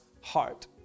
heart